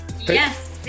Yes